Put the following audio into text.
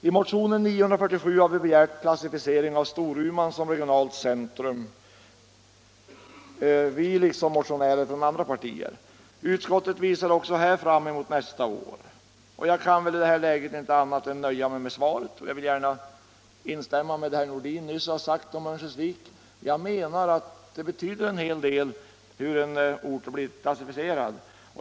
I motionen 947 har vi liksom motionärer från andra partier begärt klassificering av Storuman som regionalt centrum. Utskottet visar också här fram emot nästa år. Jag kan i det här läget inte göra annat än nöja mig med svaret. Jag vill gärna instämma i det som herr Nordin nyss har sagt om Örnsköldsvik, nämligen att det betyder en hel del hur en ort har blivit klassificerad.